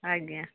ଆଜ୍ଞା